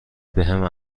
بهم